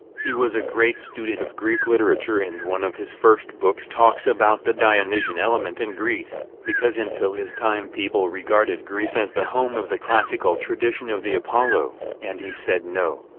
he was a great student of greek literature and one of his first books talks about the dionysian element in greece because until his time people regarded greece as the home of the classical tradition of the apollo and he said no,